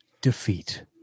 defeat